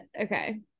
Okay